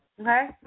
okay